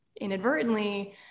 inadvertently